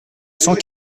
cent